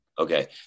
Okay